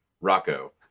Rocco